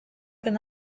can